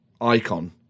icon